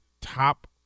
top